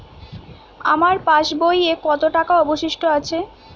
আমার পাশ বইয়ে কতো টাকা অবশিষ্ট আছে?